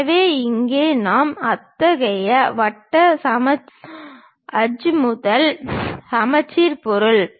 எனவே இங்கே நாம் அத்தகைய வட்ட வட்ட சமச்சீர்மை அஜீமுதல் சமச்சீர் பொருள்